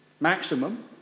maximum